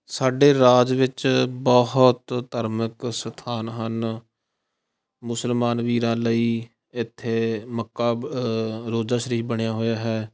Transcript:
ਸਾਡੇ ਰਾਜ ਵਿੱਚ ਬਹੁਤ ਧਾਰਮਿਕ ਅਸਥਾਨ ਹਨ ਮੁਸਲਮਾਨ ਵੀਰਾਂ ਲਈ ਇੱਥੇ ਮੱਕਾ ਬ ਰੋਜ਼ਾ ਸ਼ਰੀਫ ਬਣਿਆ ਹੋਇਆ ਹੈ